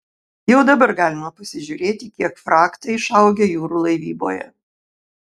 jau dabar galima pasižiūrėti kiek frachtai išaugę jūrų laivyboje